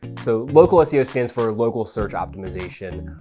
so local seo stands for local search optimization.